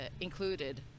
included